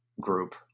group